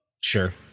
Sure